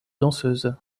danseuse